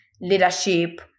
leadership